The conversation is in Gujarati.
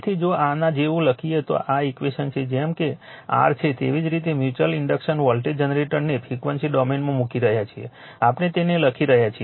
તેથી જો આના જેવું લખીએ તો આ આ ઈક્વેશન છે જેમ કે r છે તેવી જ રીતે તે મ્યુચ્યુઅલ ઇન્ડક્ટન્સ વોલ્ટેજ જનરેટરને ફ્રિક્વન્સી ડોમેનમાં મૂકી રહ્યા છીએ આપણે તેને લખી રહ્યા છીએ